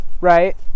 right